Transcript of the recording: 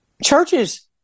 Churches